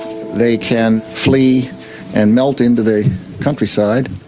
they can flee and melt into the countryside.